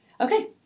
okay